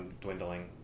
dwindling